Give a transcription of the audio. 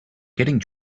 getting